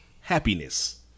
happiness